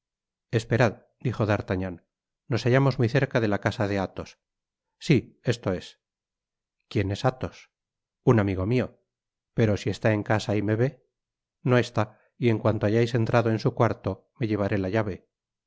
esperad dijo d'artagnan nos hallamos muy cerca de la casa de athos si esto es quien es athos un amigo mio pero si está en casa y me vé no está y en cuanto hayais entrado en su cuarto me llevaré la llave y